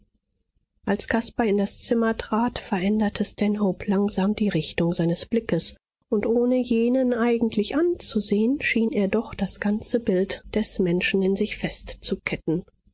als caspar in das zimmer trat veränderte stanhope langsam die richtung seines blickes und ohne jenen eigentlich anzusehen schien er doch das ganze bild des menschen in sich festzuketten